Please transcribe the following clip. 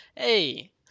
Hey